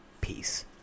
peace